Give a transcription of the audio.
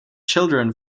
children